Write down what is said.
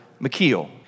McKeel